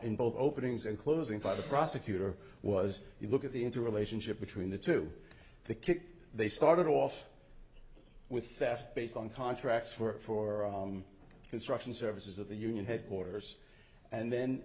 in both openings and closings by the prosecutor was you look at the interrelationship between the two the kick they started off with f based on contracts for construction services of the union headquarters and then